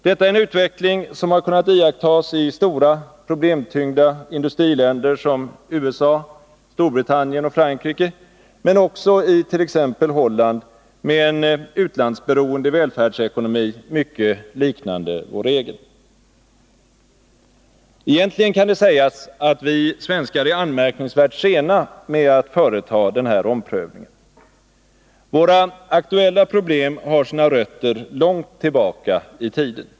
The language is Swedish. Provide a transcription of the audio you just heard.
Detta är en utveckling som har kunnat iakttas i stora problemtyngda industriländer som USA, Storbritannien och Frankrike, men också i t.ex. Holland med en utlandsberoende välfärdsekonomi som mycket liknar vår egen. Egentligen kan det sägas att vi svenskar är anmärkningsvärt sena med att företa den här omprövningen. Våra aktuella problem har sina rötter långt tillbaka i tiden.